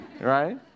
Right